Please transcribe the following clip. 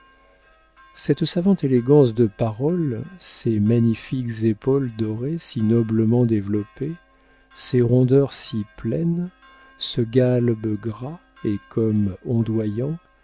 cette savante élégance de parole ces magnifiques épaules dorées si noblement développées ces rondeurs si pleines ce galbe gras et comme ondoyant